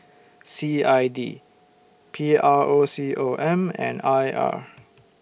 C I D P R O C O M and I R